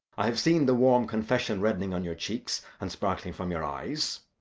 i have seen the warm confession red'ning on your cheeks, and sparkling from your eyes.